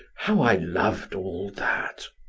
how i loved all that.